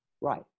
Right